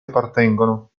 appartengono